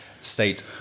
state